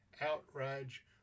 outrage